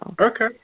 Okay